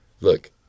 Look